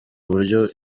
uburyo